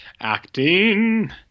acting